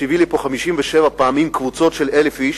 שהביא לפה 57 פעמים קבוצות של 1,000 איש.